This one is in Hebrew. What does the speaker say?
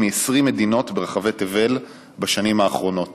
מ-20 מדינות ברחבי תבל בשנים האחרונות.